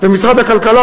משרד הכלכלה.